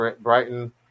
Brighton